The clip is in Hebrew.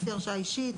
לפי הרשאה אישית,